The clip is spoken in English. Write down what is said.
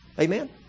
Amen